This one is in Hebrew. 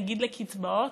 נגיד לקצבאות,